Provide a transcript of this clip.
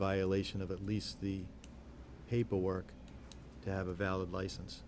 violation of at least the paperwork to have a valid license